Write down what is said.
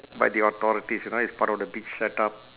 by the authorities you know it's part of the beach set-up